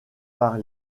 par